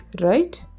right